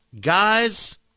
Guys